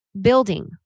building